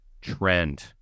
trend